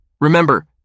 Remember